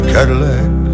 Cadillac